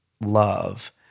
love